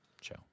show